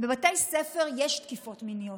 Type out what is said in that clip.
בבתי ספר יש תקיפות מיניות.